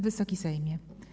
Wysoki Sejmie!